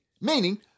meaning